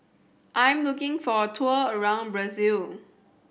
I am looking for a tour around Brazil